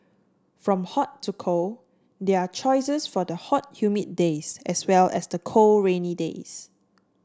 from hot to cold there are choices for the hot humid days as well as the cold rainy days